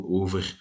over